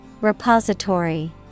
Repository